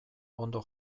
ondo